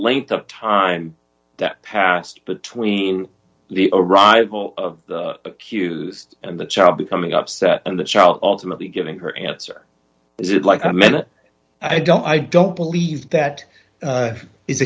length of time that passed between the arrival of cues and the child becoming upset and the child ultimately giving her answer is it like a minute i don't i don't believe that